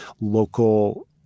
local